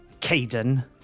Caden